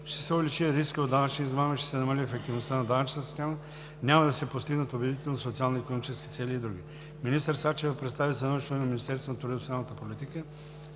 ще се увеличи рискът от данъчни измами, ще се намали ефективността на данъчната система, няма да се постигнат убедителни социални и икономически цели и др. Министър Деница Сачева представи становището на Министерството на труда и социалната политика.